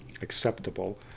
acceptable